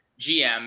GM